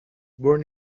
born